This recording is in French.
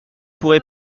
pourrait